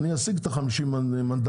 אני אשיג את ה-50 מנדטים,